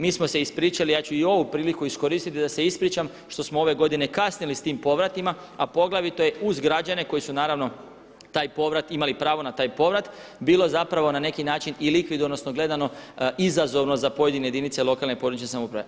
Mi smo se ispričali, ja ću i ovu priliku iskoristiti da se ispričam što smo ove godine kasnili sa tim povratima, a poglavito je uz građane koji su naravno taj povrat, imali pravo na taj povrat bilo zapravo na neki način i likvidno, odnosno gledano izazovno za pojedine jedinice lokalne i područne samouprave.